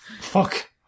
fuck